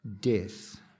Death